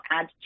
add